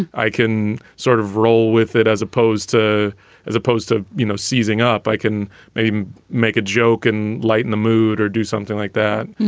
i can sort of roll with it as opposed to as opposed to, you know, seizing up. i can maybe make a joke and lighten the mood or do something like that.